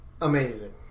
Amazing